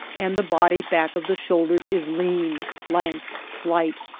and the body back of the shoulders is lean, lank, slight,